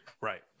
Right